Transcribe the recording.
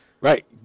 Right